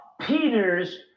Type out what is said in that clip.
Peter's